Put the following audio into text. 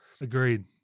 Agreed